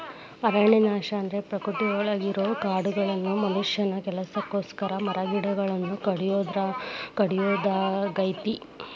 ಅರಣ್ಯನಾಶ ಅಂದ್ರ ಪ್ರಕೃತಿಯೊಳಗಿರೋ ಕಾಡುಗಳನ್ನ ಮನುಷ್ಯನ ಕೆಲಸಕ್ಕೋಸ್ಕರ ಮರಗಿಡಗಳನ್ನ ಕಡಿಯೋದಾಗೇತಿ